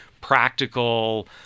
practical